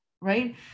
Right